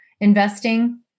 investing